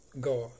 God